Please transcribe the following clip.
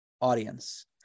audience